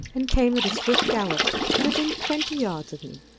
and came at a swift gallop to within twenty yards of me.